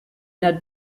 ned